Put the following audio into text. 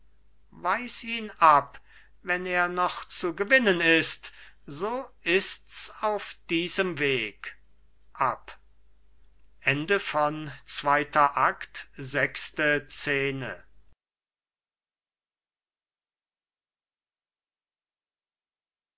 weis ihn ab wenn er noch zu gewinnen ist so ist's auf diesem wege